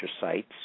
sites